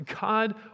God